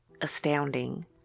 astounding